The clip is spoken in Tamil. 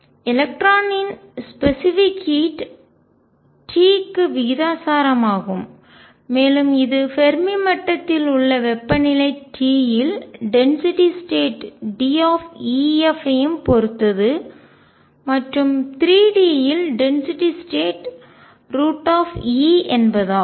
எலக்ட்ரானின் ஸ்பெசிபிக் ஹீட் குறிப்பிட்ட வெப்பம் T க்கு விகிதாசாரமாகும் மேலும் இது ஃபெர்மி மட்டத்தில் உள்ள வெப்பநிலை T யில் டென்சிட்டி ஸ்டேட் D யும் பொறுத்தது மற்றும் 3 D யில் டென்சிட்டி ஸ்டேட் என்பதாகும்